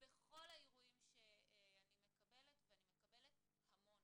בכל האירועים שאני מקבלת, ואני מקבלת המון.